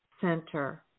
center